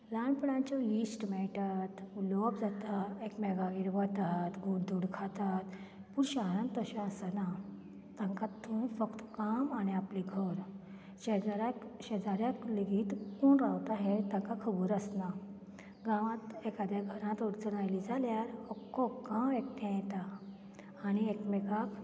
ल्हानपणांच्यो इश्ट मेळटात उलोवप जाता एकमेकांगेर वतात गोड धोड खातात पूण शहरान तशें आसना तांकां थंय फक्त काम आनी आपलें घर शेजाऱ्याक शेजाऱ्याक लेगीत कोण रावता हें ताका खबर आसना गांवांत एकाद्या घरांत वचून आयली जाल्यार अख्खो गांव एकठांय येता आनी एकमेकांक